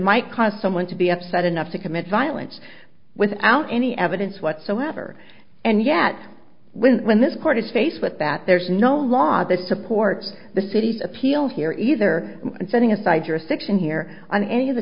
might cause someone to be upset enough to commit violence without any evidence whatsoever and yet when when this court is faced with that there's no law that supports the city's appeal here either and setting aside your ethics in here on any of the